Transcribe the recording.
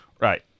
Right